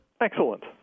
Excellent